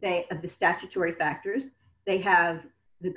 they have the statutory factors they have the